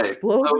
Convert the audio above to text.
blow